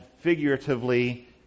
figuratively